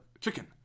chicken